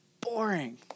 boring